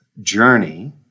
journey